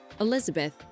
Elizabeth